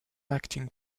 acting